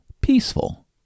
peaceful